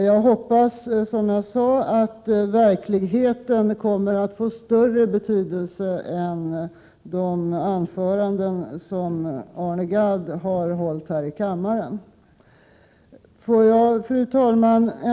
Jag hoppas att verkligheten kommer att få större betydelse än de anföranden som Arne Gadd har hållit här i kammaren. Fru talman!